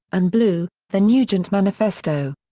and blue the nugent manifesto.